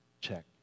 check